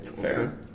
fair